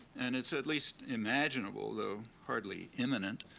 and it's at least imaginable, although hardly imminent,